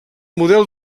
model